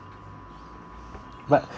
but